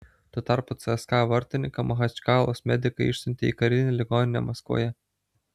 tuo tarpu cska vartininką machačkalos medikai išsiuntė į karinę ligoninę maskvoje